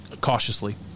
cautiously